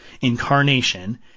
incarnation